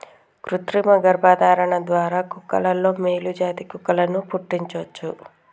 కృతిమ గర్భధారణ ద్వారా కుక్కలలో మేలు జాతి కుక్కలను పుట్టించవచ్చు